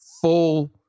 full